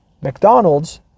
McDonald's